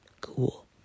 cool